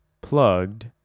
plugged